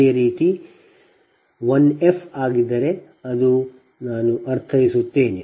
ಅದೇ ರೀತಿ 1 ಆಫ್ ಆಗಿದ್ದರೆ ನಾನು ಇದನ್ನು ಅರ್ಥೈಸುತ್ತೇನೆ